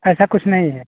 ऐसा कुछ नहीं है